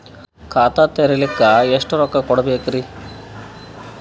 ಖಾತಾ ತೆರಿಲಿಕ ಎಷ್ಟು ರೊಕ್ಕಕೊಡ್ಬೇಕುರೀ?